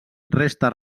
resta